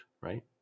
right